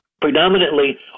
predominantly